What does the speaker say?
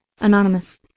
Anonymous